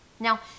Now